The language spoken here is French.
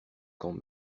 quand